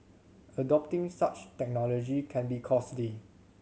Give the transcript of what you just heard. adopting such technology can be costly